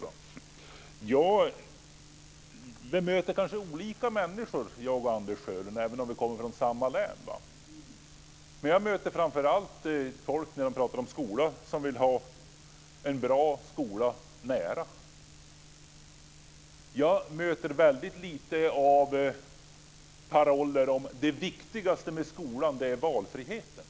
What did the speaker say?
Vi möter kanske olika människor jag och Anders Sjölund, även om vi kommer från samma län. Jag möter framför allt, när vi talar om skolan, människor som vill ha en bra skola nära. Jag möter väldigt lite av paroller om att det viktigaste med skolan är valfriheten.